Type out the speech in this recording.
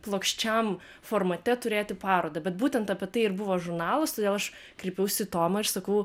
plokščiam formate turėti parodą bet būtent apie tai ir buvo žurnalas todėl aš kreipiausi į tomą ir sakau